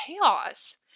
chaos